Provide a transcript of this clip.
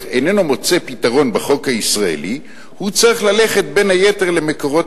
איננו מוצא פתרון בחוק הישראלי הוא צריך ללכת בין היתר למקורות.